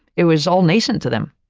it was all nascent to them.